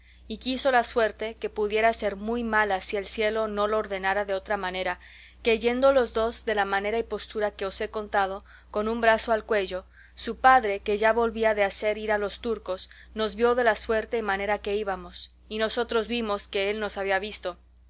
y quiso la suerte que pudiera ser muy mala si el cielo no lo ordenara de otra manera que yendo los dos de la manera y postura que os he contado con un brazo al cuello su padre que ya volvía de hacer ir a los turcos nos vio de la suerte y manera que íbamos y nosotros vimos que él nos había visto